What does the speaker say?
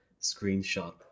screenshot